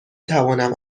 توانم